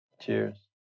Cheers